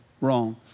wrong